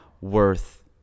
worth